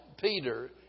Peter